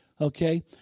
Okay